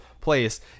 place